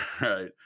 right